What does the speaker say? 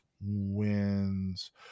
wins